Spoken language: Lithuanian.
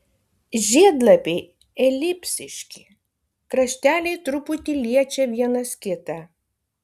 žiedlapiai elipsiški krašteliai truputį liečia vienas kitą